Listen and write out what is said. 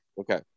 okay